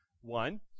one